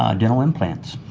um dental implants.